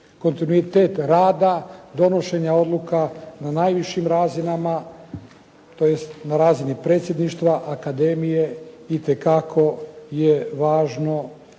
Kontinuitet rada, donošenja odluka na najvišim razinama, tj. na razini predsjedništva, akademije itekako je važno